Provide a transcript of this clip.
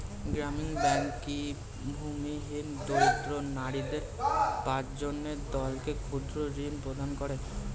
গ্রামীণ ব্যাংক কি ভূমিহীন দরিদ্র নারীদের পাঁচজনের দলকে ক্ষুদ্রঋণ প্রদান করে?